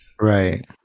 Right